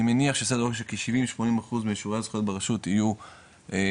אני מניח שסדר גודל של כ-70-80% מאישורי הזכויות ברשות יהיו דיגיטליים,